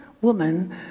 woman